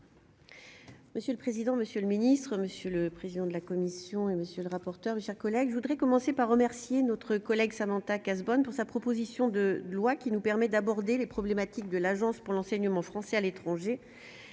Monsieur le président, monsieur le ministre, monsieur le président de la Commission et monsieur le rapporteur, mes chers collègues, je voudrais commencer par remercier notre collègue Samantha Cazebonne pour sa proposition de loi qui nous permet d'aborder les problématiques de l'Agence pour l'enseignement français à l'étranger